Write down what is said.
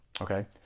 okay